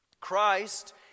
Christ